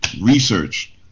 Research